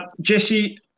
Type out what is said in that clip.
Jesse